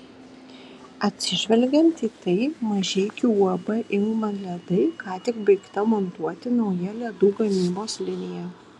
atsižvelgiant į tai mažeikių uab ingman ledai ką tik baigta montuoti nauja ledų gamybos linija